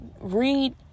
read